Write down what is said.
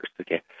Okay